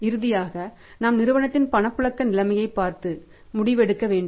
இறுதியாக நாம் நிறுவனத்தின் பணப்புழக்க நிலைமையைப் பார்த்து முடிவு எடுக்க வேண்டும்